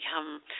become